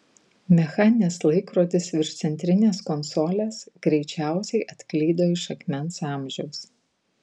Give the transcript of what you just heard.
mechaninis laikrodis virš centrinės konsolės greičiausiai atklydo iš akmens amžiaus